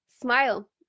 smile